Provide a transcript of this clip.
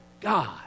God